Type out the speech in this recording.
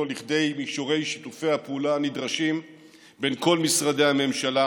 לכדי מישורי שיתופי הפעולה הנדרשים בין כל משרדי הממשלה